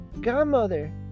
godmother